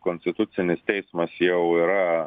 konstitucinis teismas jau yra